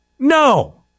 No